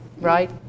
right